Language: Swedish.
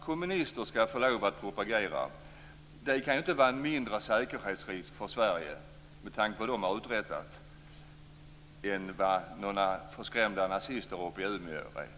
Kommunister som tillåts att propagera kan ju inte vara en mindre säkerhetsrisk för Sverige, med tanke på vad de har uträttat, än några förskrämda nazister uppe i Umeå.